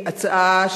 הצעת